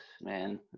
Man